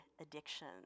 addiction